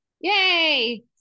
Yay